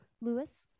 Lewis